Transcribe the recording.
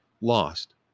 lost